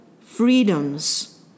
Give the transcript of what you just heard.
freedoms